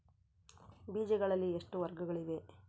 ಬೇಜಗಳಲ್ಲಿ ಎಷ್ಟು ವರ್ಗಗಳಿವೆ?